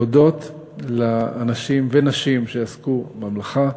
להודות לאנשים ונשים שעסקו במלאכה.